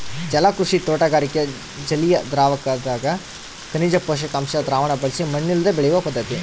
ಜಲಕೃಷಿ ತೋಟಗಾರಿಕೆ ಜಲಿಯದ್ರಾವಕದಗ ಖನಿಜ ಪೋಷಕಾಂಶ ದ್ರಾವಣ ಬಳಸಿ ಮಣ್ಣಿಲ್ಲದೆ ಬೆಳೆಯುವ ಪದ್ಧತಿ